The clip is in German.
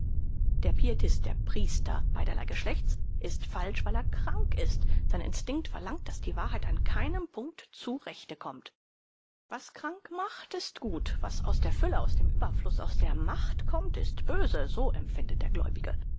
der pietist der priester beiderlei geschlechts ist falsch weil er krank ist sein instinkt verlangt daß die wahrheit an keinem punkt zu rechte kommt was krank macht ist gut was aus der fülle aus dem überfluß aus der macht kommt ist böse so empfindet der gläubige